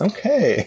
Okay